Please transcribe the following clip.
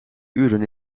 uren